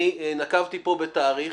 אני נקבתי פה בתאריך,